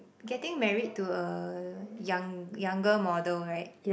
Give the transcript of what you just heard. getting married to a young younger model right